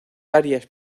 áreas